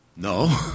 No